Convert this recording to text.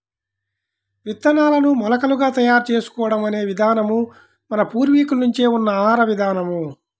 విత్తనాలను మొలకలుగా తయారు చేసుకోవడం అనే విధానం మన పూర్వీకుల నుంచే ఉన్న ఆహార విధానం